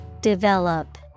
Develop